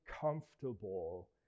comfortable